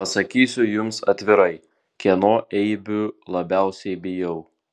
pasakysiu jums atvirai kieno eibių labiausiai bijau